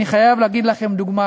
אני חייב לתת לכם דוגמה